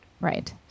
Right